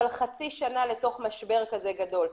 אבל חצי שנה לתוך משבר כזה גדול,